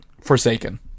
forsaken